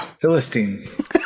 Philistines